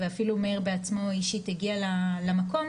ואפילו מאיר בעצמו אישית הגיע למקום,